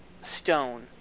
stone